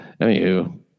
Anywho